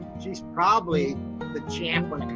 she's probably the champ